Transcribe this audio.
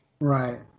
Right